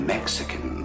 Mexican